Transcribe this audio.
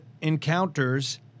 encounters